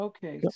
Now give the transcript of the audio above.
Okay